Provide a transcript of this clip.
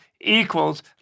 equals